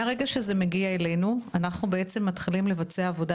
מהרגע שזה מגיע אלינו אנחנו מתחילים לבצע עבודה